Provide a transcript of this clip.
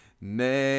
name